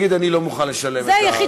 יגיד: אני לא מוכן לשלם את דמי השמירה?